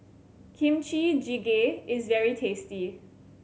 Kimchi Jjigae is very tasty